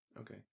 Okay